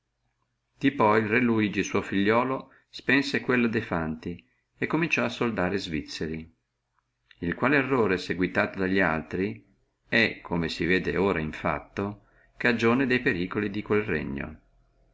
poi el re luigi suo figliuolo spense quella de fanti e cominciò a soldare svizzeri il quale errore seguitato dalli altri è come si vede ora in fatto cagione de pericoli di quello regno